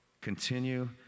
continue